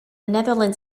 netherlands